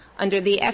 under the